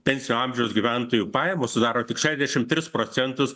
pensinio amžiaus gyventojų pajamos sudaro tik šešdešim tris procentus